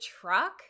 truck